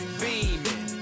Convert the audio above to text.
beaming